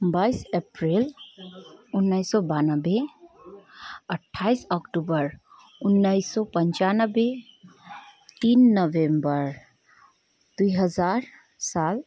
बाइस अप्रिल उन्नाइस सय बयानब्बे अट्ठाइस अक्टोबर उनाइस सय पन्चानब्बे तिन नभेम्बर दुई हजार साल